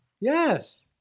Yes